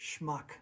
schmuck